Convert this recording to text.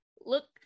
look